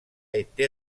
été